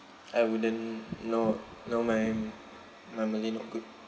I wouldn't know no my my malay not good